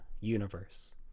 universe